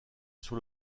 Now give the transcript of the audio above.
sur